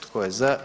Tko je za?